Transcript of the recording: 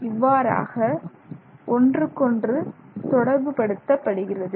இவ்வாறாக ஒன்றுக்கொன்று தொடர்பு படுத்தப்படுகிறது